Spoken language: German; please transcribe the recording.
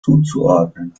zuzuordnen